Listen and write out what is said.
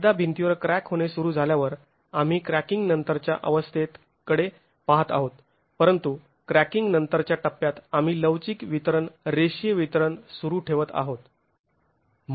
एकदा भिंतीवर क्रॅक होणे सुरू झाल्यावर आम्ही क्रॅकिंग नंतरच्या अवस्थेत कडे पाहत आहोत परंतु क्रॅकिंग नंतरच्या टप्प्यात आम्ही लवचिक वितरण रेषीय वितरण सुरू ठेवत आहोत